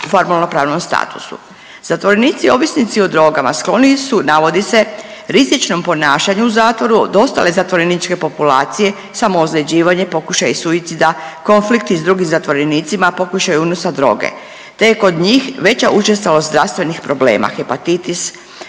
u formalnopravnom statusu. Zatvorenici ovisnici o drogama skloniji su navodi se rizičnom ponašanju u zatvoru do ostale zatvoreničke populacije samoozljeđivanja, pokušaj suicida, konflikti s drugim zatvorenicima, pokušaj unosa droge te je kod njih veća učestalost zdravstvenih problema hepatitis,